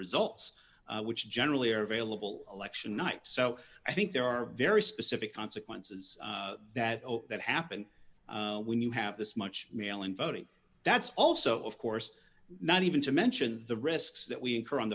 results which generally are available election night so i think there are very specific consequences that happen when you have this much mail and voting that's also of course not even to mention the risks that we incur on